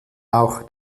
auch